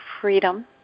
freedom